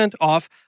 off